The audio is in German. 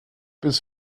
bis